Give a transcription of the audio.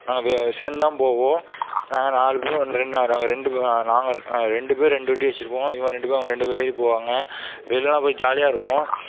நாங்கள் சேர்ந்துதான் போவோம் நாங்கள் நாலு பேரும் நாங்கள் ரெண்டு பேர் ரெண்டு பேர் ரெண்டு வண்டி வைச்சிப்போம் இவங்க ரெண்டு பேரும் அவங்க ரெண்டு பேரும் ஏறி போவாங்க வெளியிலலாம் போய் ஜாலியாக இருப்போம்